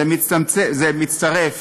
זה מצטרף